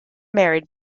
married